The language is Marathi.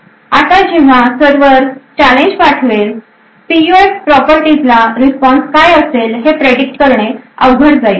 आता जेव्हा सर्व्हर चॅलेंज पाठवेल पीयूएफ प्रॉपर्टीजला रिस्पॉन्स काय असेल हे प्रेडिट करणे अवघड जाईल